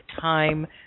time